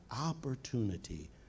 opportunity